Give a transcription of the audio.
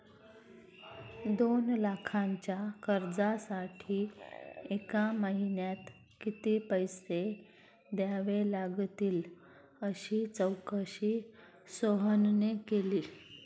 दोन लाखांच्या कर्जासाठी एका महिन्यात किती पैसे द्यावे लागतील अशी चौकशी सोहनने केली